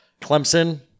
Clemson